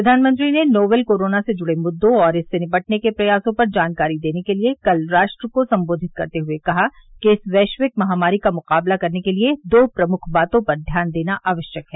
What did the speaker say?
प्रधानमंत्री ने novel corona से जुड़े मुद्दों और इससे निपटने के प्रयासो पर जानकारी देने के लिए कल राष्ट्र को संबोधित करते हए कहा कि इस वैश्विक महामारी का मुकाबला करने के लिए दो प्रमुख बातों पर ध्यान देना आवश्यक है